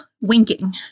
winking